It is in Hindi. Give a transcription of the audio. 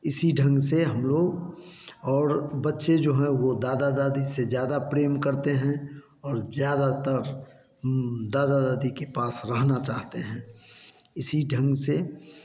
इसी ढंग से हम लोग और बच्चे जो है वे दादा दादी से जादा प्रेम करते हैं और ज़्यादातर दादा दादी के पास रहना चाहते हैं इसी ढंग से